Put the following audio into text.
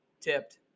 tipped